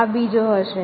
આ બીજો હશે